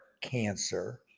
cancer